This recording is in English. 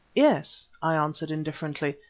yes, i answered indifferently,